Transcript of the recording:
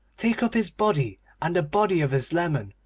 take up his body and the body of his leman,